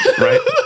Right